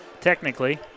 technically